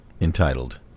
entitled